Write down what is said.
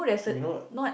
you know